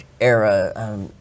era